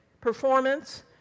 performance